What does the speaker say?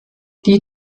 die